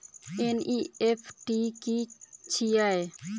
NEFT की छीयै?